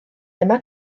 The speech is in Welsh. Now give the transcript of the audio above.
dyma